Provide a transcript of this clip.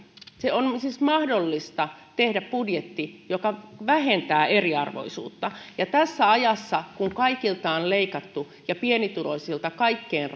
on on siis mahdollista tehdä budjetti joka vähentää eriarvoisuutta kun tässä ajassa kaikilta on leikattu ja pienituloisilta kaikkein